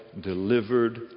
delivered